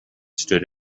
stood